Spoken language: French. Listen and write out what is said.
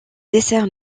dessert